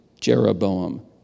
Jeroboam